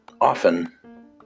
often